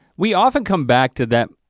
we often come back to that,